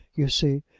you see,